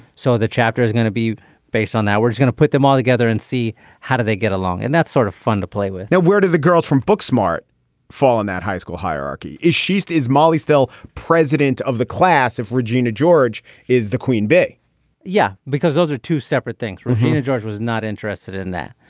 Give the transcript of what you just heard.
so the chapter is going to be based on that where it's gonna put them all together and see how do they get along. and that's sort of fun to play with now where do the girls from book smart fall in that high school hierarchy is she's. is molly still president of the class. if regina george is the queen bee yeah because those are two separate things. know george was not interested in that.